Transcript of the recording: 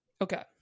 Okay